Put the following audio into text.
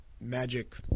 magic